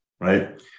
Right